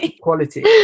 Quality